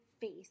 face